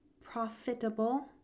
profitable